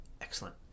excellent